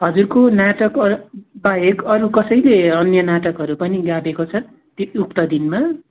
हजुरको नाटक बाहेक अरू कसैले अन्य नाटकहरू पनि गाभेको छ त्यस उक्त दिनमा